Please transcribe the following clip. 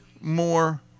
more